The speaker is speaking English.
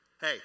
hey